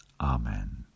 amen